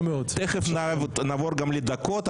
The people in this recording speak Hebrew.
תיכף נעבור לדקות,